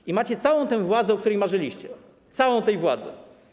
I macie całą tę władzę, o której marzyliście - całą tę władzę.